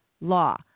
law